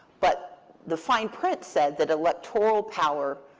but the fine print said that electoral power,